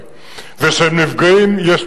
ותנאי השכר.